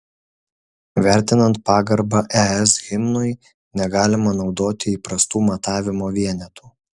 vertinant pagarbą es himnui negalima naudoti įprastų matavimo vienetų